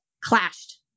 clashed